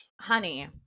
Honey